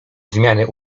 zmiany